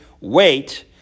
wait